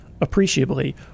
appreciably